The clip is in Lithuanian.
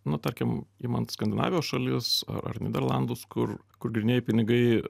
nu tarkim imant skandinavijos šalis ar nyderlandus kur kur grynieji pinigai